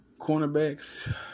Cornerbacks